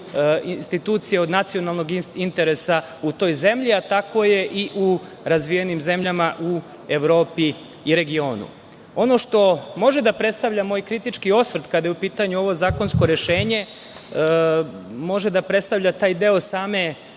institucija od nacionalnog interesa u toj zemlji, a tako je i u razvijenim zemljama u Evropi i regionu. Ono što može da predstavlja moj kritički osvrt kada je u pitanju ovo zakonsko rešenje može da predstavlja taj deo same